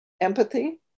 empathy